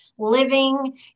living